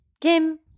Kim